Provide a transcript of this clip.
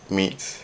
meets